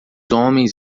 homens